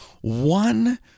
one